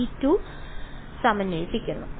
വിദ്യാർത്ഥി V2 സമന്വയിപ്പിക്കുന്നു